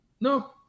no